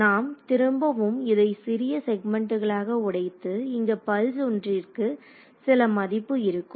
நாம் திரும்பவும் இதை சிறிய செக்மென்ட்டுகளாக உடைத்து இங்கு பல்ஸ் ஒன்றிற்கு சில மதிப்பு இருக்கும்